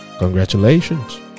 Congratulations